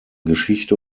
geschichte